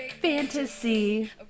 Fantasy